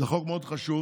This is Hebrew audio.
זה חוק מאוד חשוב,